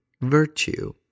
virtue